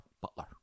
Butler